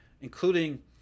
including